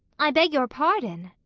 i beg your pardon.